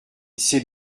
c’est